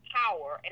power